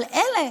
אבל אלה,